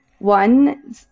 One